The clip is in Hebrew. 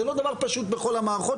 זה לא דבר פשוט בכל המערכות,